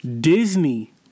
Disney